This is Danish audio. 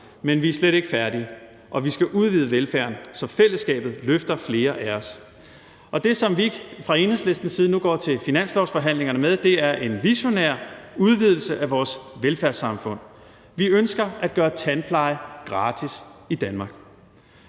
Men vi er slet ikke færdige, vi skal udvide velfærden, så fællesskabet løfter flere af os. Det, som vi fra Enhedslistens side nu går til finanslovsforhandlingerne med, er en visionær udvidelse af vores velfærdssamfund. Vi ønsker at gøre tandpleje gratis i Danmark.